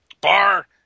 Bar